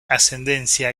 ascendencia